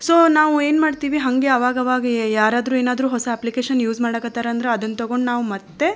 so ನಾವು ಏನು ಮಾಡ್ತೀವಿ ಹಂಗೇ ಅವಾಗವಾಗ ಯಾರಾದರೂ ಏನಾದರೂ ಹೊಸ ಅಪ್ಲಿಕೇಶನ್ ಯೂಸ್ ಮಾಡೋಕತ್ತಾರ ಅಂದ್ರೆ ಅದನ್ನು ತಗೊಂಡು ನಾವು ಮತ್ತು